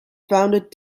founded